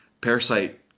parasite